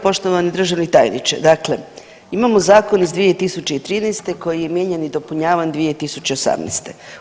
Poštovani državni tajniče, dakle, imamo zakon iz 2013. koji je mijenjan i dopunjavan 2018.